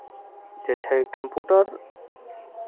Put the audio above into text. जे छै कम्प्यूटर